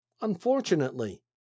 Unfortunately